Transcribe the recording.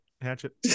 hatchet